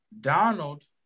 Donald